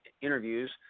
interviews